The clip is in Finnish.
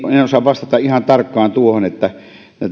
en osaa vastata ihan tarkkaan tuohon